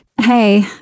Hey